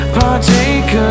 partake